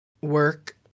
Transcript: work